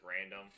random